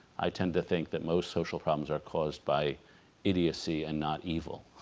i tend to think that most social problems are caused by idiocy and not evil.